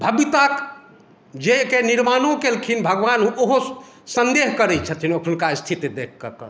भव्यता जाहिके निर्माणो केलखिन भगवान ओहो सन्देह करैत छथिन एखुनका स्थिति देख ककऽ